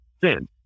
Sin